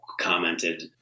commented